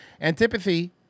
Antipathy